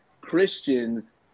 Christians